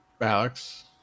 Alex